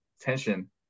tension